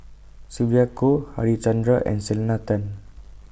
Sylvia Kho Harichandra and Selena Tan